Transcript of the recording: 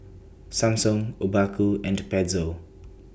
Samsung Obaku and Pezzo